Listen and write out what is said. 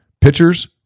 Pitchers